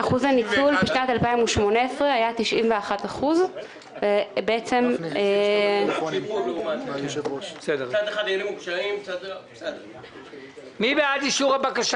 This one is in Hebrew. אחוז הניצול לשנת 2018 היה 91%. מי בעד אישור הבקשה?